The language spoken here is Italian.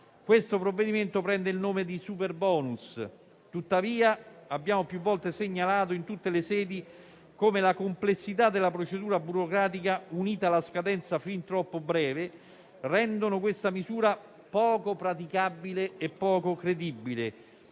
questo provvedimento prende il nome di superbonus. Tuttavia, abbiamo più volte segnalato in tutte le sedi come la complessità della procedura burocratica, unita alla scadenza fin troppo breve, rendano la misura poco praticabile e poco credibile.